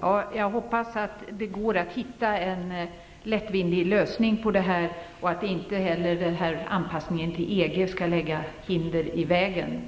Herr talman! Jag hoppas att det går att hitta en lättvunnen lösning på det här och att inte heller anpassningen till EG skall lägga hinder i vägen.